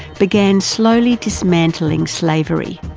began slowly dismantling slavery,